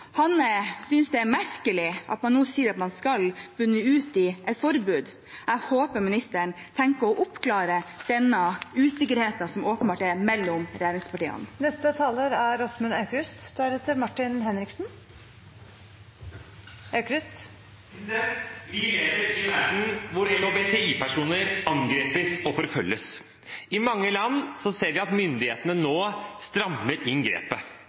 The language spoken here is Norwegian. Han synes det er merkelig at man nå sier at det skal bunne ut i et forbud. Jeg håper ministeren tenker å oppklare denne usikkerheten som åpenbart er mellom regjeringspartiene. Vi lever i en verden hvor LHBTI-personer angripes og forfølges. I mange land ser vi at myndighetene nå strammer